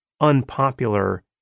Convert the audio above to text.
unpopular